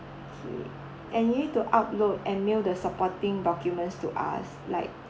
okay and you need to upload and mail the supporting documents to us like